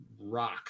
Rock